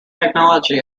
technology